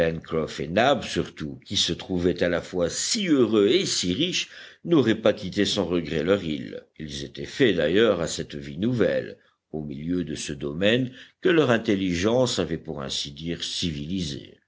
surtout qui se trouvaient à la fois si heureux et si riches n'auraient pas quitté sans regret leur île ils étaient faits d'ailleurs à cette vie nouvelle au milieu de ce domaine que leur intelligence avait pour ainsi dire civilisé